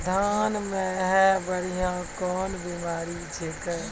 धान म है बुढ़िया कोन बिमारी छेकै?